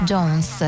Jones